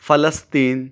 فلسطین